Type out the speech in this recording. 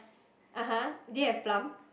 ah !huh! do you have plum